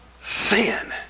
sin